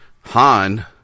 Han